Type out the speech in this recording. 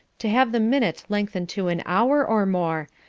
to have the minute lengthen to an hour or more,